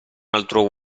altro